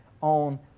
on